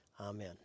Amen